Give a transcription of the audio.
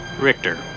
Richter